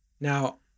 Now